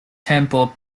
temple